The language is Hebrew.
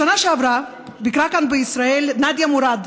בשנה שעברה ביקרה כאן בישראל נאדיה מוראד,